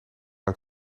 uit